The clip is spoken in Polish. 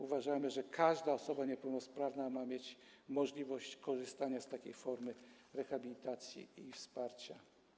Uważamy, że każda osoba niepełnosprawna ma mieć możliwość korzystania z takiej formy rehabilitacji i wsparcia.